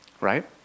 right